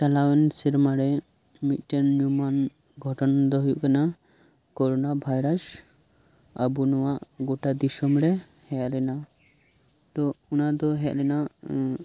ᱪᱟᱞᱟᱣᱮᱱ ᱥᱮᱨᱢᱟ ᱨᱮ ᱢᱤᱫᱴᱮᱱ ᱧᱩᱢᱟᱱ ᱜᱷᱚᱴᱚᱱ ᱫᱚ ᱦᱩᱭᱩᱜ ᱠᱟᱱᱟ ᱠᱳᱨᱳᱱᱟ ᱵᱷᱟᱭᱨᱟᱥ ᱟᱵᱚ ᱱᱚᱶᱟ ᱜᱚᱴᱟ ᱫᱤᱥᱚᱢ ᱨᱮ ᱦᱮᱡ ᱞᱮᱱᱟ ᱛᱳ ᱚᱱᱟ ᱫᱚ ᱦᱮᱡ ᱞᱮᱱᱟ